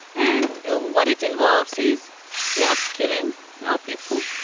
and what it involves is we are upscaling our people